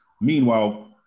Meanwhile